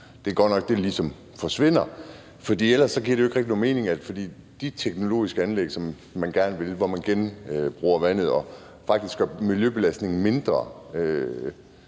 det er godt, at dambrug ligesom forsvinder. For ellers giver det jo ikke rigtig nogen mening. Skal det forstås sådan, at det er de teknologiske anlæg, hvor man genbruger vandet og faktisk gør miljøbelastningen mindre,